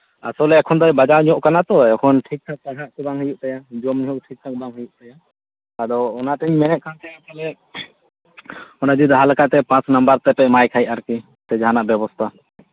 ᱟᱥᱚᱞᱮ ᱮᱠᱷᱚᱱ ᱫᱚ ᱵᱟᱡᱟᱣ ᱴᱷᱤᱠ ᱠᱟᱱᱟ ᱛᱚ ᱴᱷᱤᱠ ᱴᱷᱟᱠ ᱯᱟᱲᱦᱟᱜ ᱵᱟᱝ ᱦᱩᱭᱩᱜ ᱠᱟᱱ ᱛᱟᱭᱟ ᱡᱚᱢ ᱧᱩ ᱴᱷᱤᱠ ᱴᱷᱟᱠ ᱵᱟᱝ ᱦᱩᱭᱩᱜ ᱛᱟᱭᱟ ᱟᱫᱚ ᱚᱱᱟ ᱛᱤᱧ ᱢᱮᱱᱮᱫ ᱠᱟᱱ ᱛᱟᱦᱞᱮ ᱚᱱᱟᱜᱮ ᱡᱟᱸᱦᱟ ᱞᱮᱠᱟᱛᱮ ᱯᱟᱥ ᱱᱟᱢᱵᱟᱨ ᱯᱮ ᱮᱢᱟᱭ ᱠᱷᱟᱡ ᱟᱨᱠᱤ ᱥᱮ ᱡᱟᱸᱦᱟᱱᱟᱜ ᱵᱮᱵᱚᱥᱛᱷᱟ